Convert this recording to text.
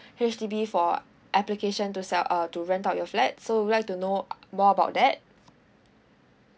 H_D_B for application to sell uh to rent out your flat so would you like to know uh more about that